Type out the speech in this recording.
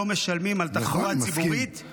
משלמים על תחבורה ציבורית -- נכון,